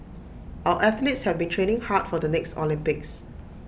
our athletes have been training hard for the next Olympics